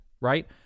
right